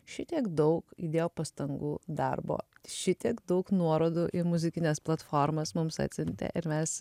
šitiek daug įdėjo pastangų darbo šitiek daug nuorodų į muzikines platformas mums atsiuntė ir mes